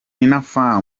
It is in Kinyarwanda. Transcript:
yakirwa